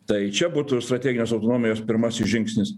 tai čia būtų strateginės autonomijos pirmasis žingsnis